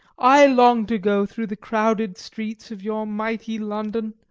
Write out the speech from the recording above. i long to go through the crowded streets of your mighty london,